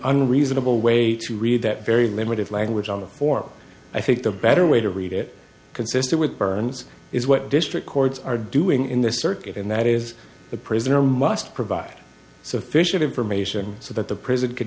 an reasonable way to read that very limited language on the form i think the better way to read it consistent with burns is what district courts are doing in this circuit and that is the prisoner must provide sufficient information so that the pr